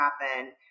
happen